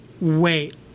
wait